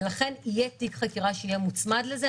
ולכן יהיה תיק חקירה שיהיה מוצמד לזה.